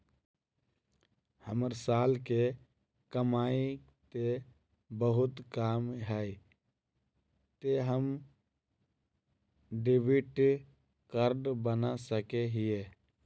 हमर साल के कमाई ते बहुत कम है ते हम डेबिट कार्ड बना सके हिये?